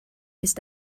ist